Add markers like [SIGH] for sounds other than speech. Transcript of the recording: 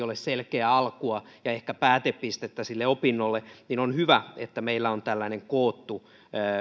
[UNINTELLIGIBLE] ole selkeää alkua ja ehkä päätepistettä niille opinnoille niin on hyvä että meillä on tällainen koottu